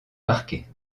marqués